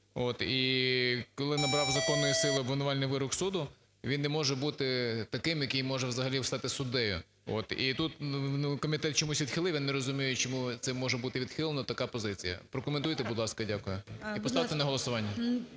і коли набрав законної сили обвинувальний вирок суду, він не може бути таким, який може взагалі стати суддею. І тут комітет чомусь відхилив, я не розумію, чому це може бути відхилено, така позиція. Прокоментуйте, будь ласка. Дякую. І поставте на голосування.